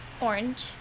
Orange